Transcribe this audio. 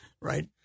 right